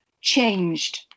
changed